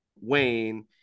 Wayne